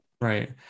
Right